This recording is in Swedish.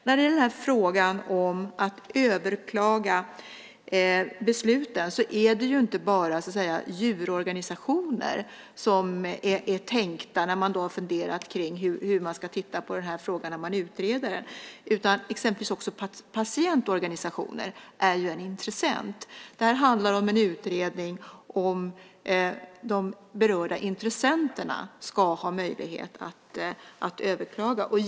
När det gäller frågan om att överklaga besluten är det inte bara djurorganisationer som man har tänkt på när man har funderat på hur man ska titta på frågan när den utreds. Exempelvis patientorganisationer är också en intressent. Det här handlar om en utredning om de berörda intressenterna ska ha möjlighet att överklaga.